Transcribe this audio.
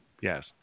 Yes